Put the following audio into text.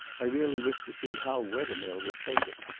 i really wished to see how wethermill would take it.